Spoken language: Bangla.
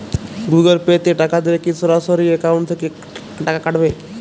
গুগল পে তে টাকা দিলে কি সরাসরি অ্যাকাউন্ট থেকে টাকা কাটাবে?